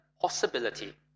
possibility